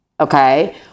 okay